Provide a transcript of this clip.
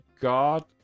God